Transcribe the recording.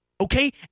Okay